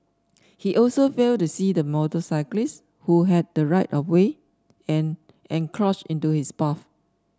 he also failed to see the motorcyclist who had the right of way and encroached into his path